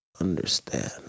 understand